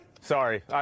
Sorry